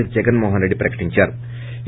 yes Jagan Mohan Reddy ప్రకటించారు